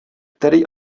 tedy